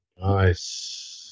Nice